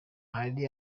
hari